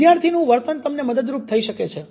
વિદ્યાર્થીનું વર્ણન તમને મદદરૂપ થઇ શકે છે